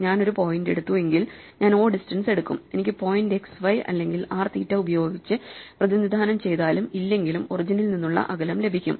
ഞാൻ ഒരു പോയിന്റ് എടുത്തു എങ്കിൽ ഞാൻ o ഡിസ്റ്റൻസ് എടുക്കും എനിക്ക് പോയിന്റ് എക്സ് വൈ അല്ലെങ്കിൽ R തീറ്റ ഉപയോഗിച്ച് പ്രതിനിധാനം ചെയ്താലും ഇല്ലെങ്കിലും ഒറിജിനിൽ നിന്നുള്ള അകലം ലഭിക്കും